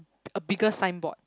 a bigger sign board